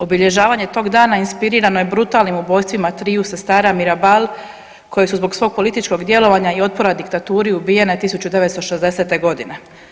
Obilježavanje tog dana inspirirano je brutalnim ubojstvima triju sestara Mirabal, koje su zbog svog političkog djelovanja i otpora diktaturi ubijene 1960. godine.